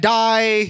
die